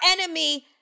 enemy